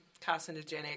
carcinogenic